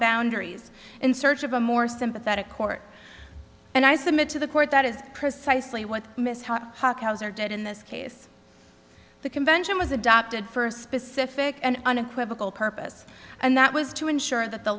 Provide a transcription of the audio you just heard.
boundaries in search of a more sympathetic court and i submit to the court that is precisely what miss ha ha cows are dead in this case the convention was adopted for a specific and unequivocal purpose and that was to ensure that the